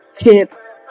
chips